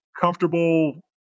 comfortable